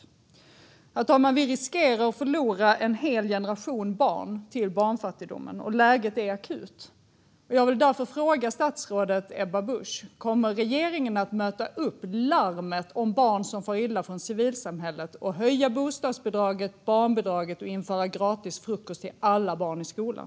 Herr talman! Vi riskerar att förlora en hel generation barn till barnfattigdomen, och läget är akut. Jag vill därför fråga statsrådet Ebba Busch: Kommer regeringen att möta civilsamhällets larm om barn som far illa genom att höja bostadsbidraget och barnbidraget och införa gratis frukost till alla barn i skolan?